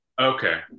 Okay